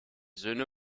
söhne